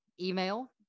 email